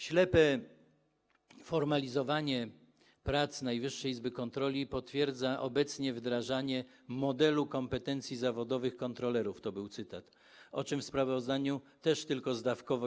Ślepe formalizowanie prac Najwyższej Izby Kontroli potwierdza obecne wdrażanie modelu kompetencji zawodowych kontrolerów - to był cytat - o czym w sprawozdaniu też wspomina się tylko zdawkowo.